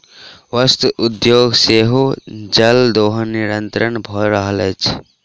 वस्त्र उद्योग मे सेहो जल दोहन निरंतन भ रहल अछि